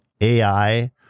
AI